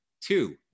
two